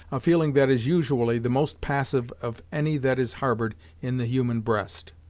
a feeling that is usually the most passive of any that is harbored in the human breast.